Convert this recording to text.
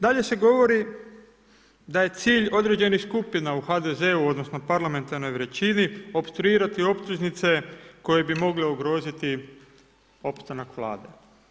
Dalje se govori da je cilj određenih skupina u HDZ-u odnosno parlamentarnoj većini opstruirati optužnice koje bi mogle ugroziti opstanak Vlade.